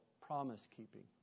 promise-keeping